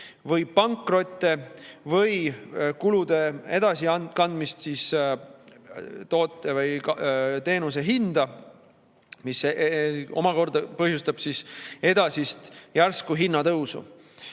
või pankrotti või kulude edasikandmist toote või teenuse hinda, mis omakorda põhjustab edasist järsku hinnatõusu.